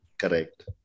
Correct